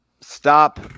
Stop